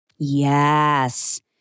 Yes